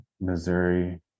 Missouri